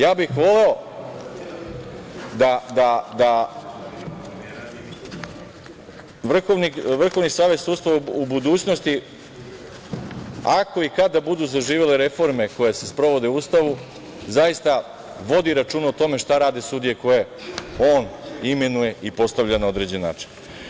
Voleo bih da Vrhovni savet sudstva u budućnosti, ako i kada budu zaživele reforme koje se sprovode u Ustavu, zaista vodi računa o tome šta rade sudije koje on imenuje i postavlja na određen način.